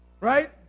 Right